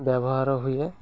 ବ୍ୟବହାର ହୁଏ